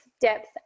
depth